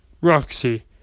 Roxy